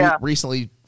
recently